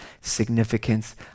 significance